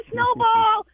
Snowball